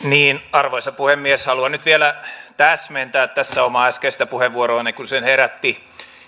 arvoisa puhemies haluan nyt vielä täsmentää tässä omaa äskeistä puheenvuoroani kun se herätti